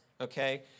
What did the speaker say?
okay